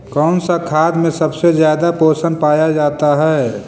कौन सा खाद मे सबसे ज्यादा पोषण पाया जाता है?